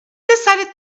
decided